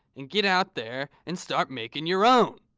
and get out there, and start making your own!